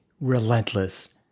relentless